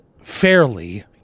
fairly